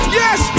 yes